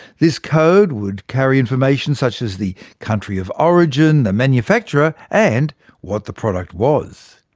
this code would carry information such as the country of origin, the manufacturer, and what the product was.